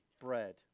bread